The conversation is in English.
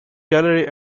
gallery